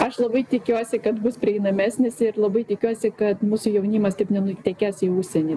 aš labai tikiuosi kad bus prieinamesnis ir labai tikiuosi kad mūsų jaunimas taip nenutekės į užsienį